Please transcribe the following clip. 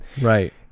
Right